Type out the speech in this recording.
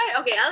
okay